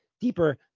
deeper